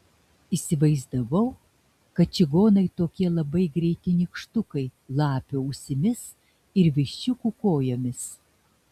įsivaizdavau kad čigonai tokie labai greiti nykštukai lapių ausimis ir viščiukų kojomis